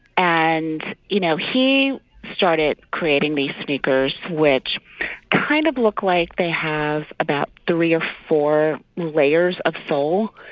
and, you know, he started creating these sneakers, which kind of look like they have about three or four layers of sole.